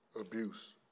abuse